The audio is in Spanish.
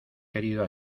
querido